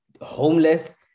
homeless